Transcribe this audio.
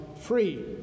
free